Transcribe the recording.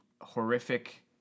horrific